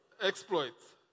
exploits